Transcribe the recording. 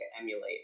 emulate